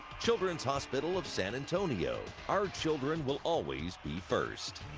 children's hospital of san antonio. our children will always be first.